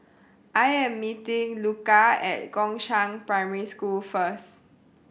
I am meeting Luka at Gongshang Primary School first